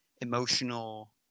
emotional